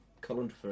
colander